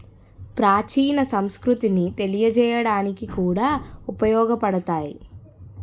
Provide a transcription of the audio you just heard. ప్రాచీన సంస్కృతిని తెలియజేయడానికి కూడా ఉపయోగపడతాయి